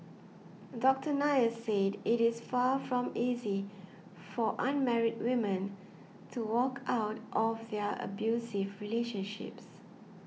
Doctor Nair said it is far from easy for unmarried women to walk out of their abusive relationships